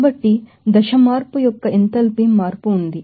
కాబట్టి phase change యొక్క enthalpy మార్పు ఉంది